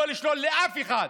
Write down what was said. לא לשלול מאף אחד.